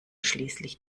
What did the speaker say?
schließlich